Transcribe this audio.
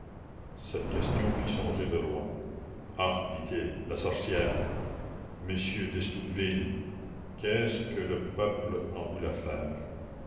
cette question fit songer le roi ah dit-il la sorcière monsieur d'estouteville qu'est-ce que le peuple en voulait faire